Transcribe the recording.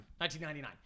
1999